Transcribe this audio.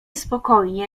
spokojnie